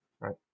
Right